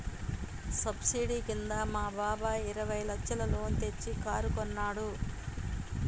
subsidy కింద మా బాబాయ్ ఇరవై లచ్చల లోన్ తెచ్చి కారు కొన్నాడు